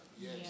Yes